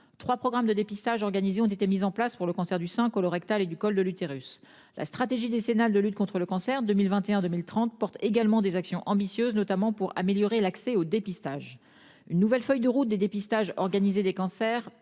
3 programmes de dépistage organisé ont été mises en place pour le cancer du sein colorectal et du col de l'utérus. La stratégie décennale de lutte contre le cancer 2021 2030 portent également des actions ambitieuses notamment pour améliorer l'accès au dépistage. Une nouvelle feuille de route des dépistage organisé des cancers